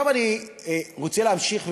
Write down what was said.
עכשיו אני רוצה להמשיך ולומר,